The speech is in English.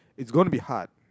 it's gonna be hard